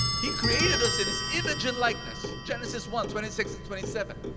he created us in his image and likeness. genesis one twenty six and twenty seven.